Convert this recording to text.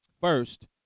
First